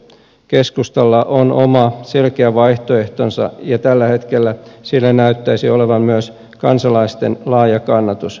keskustalla on oma selkeä vaihtoehtonsa ja tällä hetkellä sillä näyttäisi olevan myös kansalaisten laaja kannatus